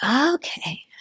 Okay